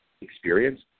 experience